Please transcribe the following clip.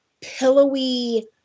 pillowy